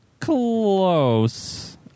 close